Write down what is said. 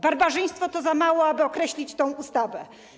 Barbarzyństwo to za mało, aby określić tę ustawę.